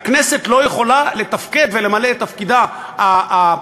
הכנסת לא יכולה לתפקד ולמלא את תפקידה הפרלמנטרי,